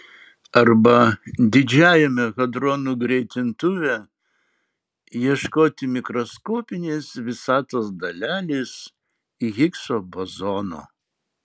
arba didžiajame hadronų greitintuve ieškoti mikroskopinės visatos dalelės higso bozono